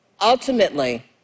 Ultimately